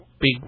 big